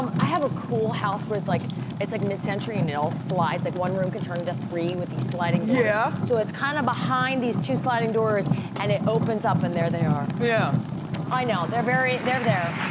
um i have a cool house where it's like like mid-century and it all slides. like one room can turn into three with these sliding doors. yeah. so it's kinda behind these two sliding doors and it opens up and there they are. yeah i know, they're very they're there.